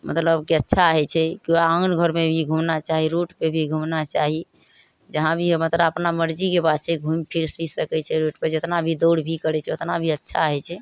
मतलब की अच्छा होइ छै केओ आङ्गन घरमे भी घुमना चाही रोडपर भी घुमना चाही जहाँ भी होइ ओकरा अपना मर्जीके बात छै घुमि फिर भी सकय छै रोडपर जेतना भी दौड़ भी करय छै ओतना भी अच्छा होइ छै